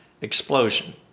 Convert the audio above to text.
explosion